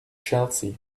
chelsea